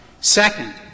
Second